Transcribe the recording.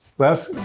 let's